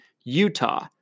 Utah